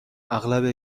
اغلب